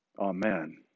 Amen